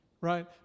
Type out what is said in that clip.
right